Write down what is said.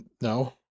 No